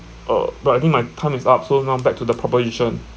uh but I think my time is up so now back to the proposition